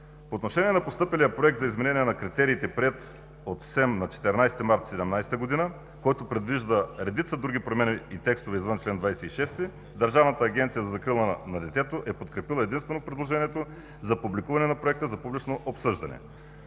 По отношение на постъпилия Проект за изменение на критериите, приет от СЕМ на 14 март 2017 г., който предвижда редица други промени и текстове извън чл. 26, Държавната агенция за закрила на детето е подкрепила единствено предложението за публикуване на Проекта за публично обсъждане.